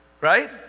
Right